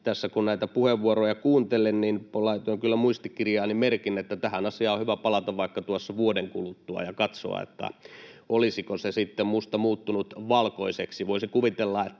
Tässä kun näitä puheenvuoroja kuuntelin, niin laitoin kyllä muistikirjaani merkin, että tähän asiaan on hyvä palata vaikka vuoden kuluttua ja katsoa, olisiko sitten musta muuttunut valkoiseksi. Voisin kuvitella,